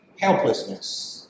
helplessness